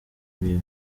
biwe